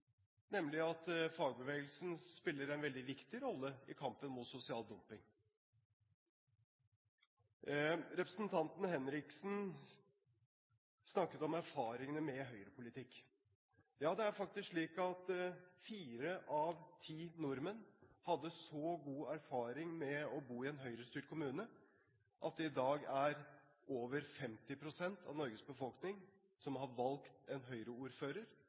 nemlig at fagbevegelsen spiller en veldig viktig rolle i kampen mot sosial dumping. Representanten Henriksen snakket om erfaringene med Høyre-politikk. Ja, det er faktisk slik at fire av ti nordmenn hadde så god erfaring med å bo i en Høyre-styrt kommune at det i dag er over 50 pst. av Norges befolkning som har valgt en